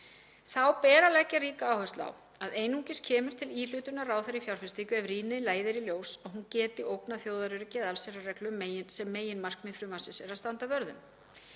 Þá ber að leggja ríka áherslu á að einungis kemur til íhlutunar ráðherra í fjárfestingu ef rýni leiðir í ljós að hún geti ógnað þjóðaröryggi eða allsherjarreglu sem meginmarkmið frumvarpsins er að standa vörð um.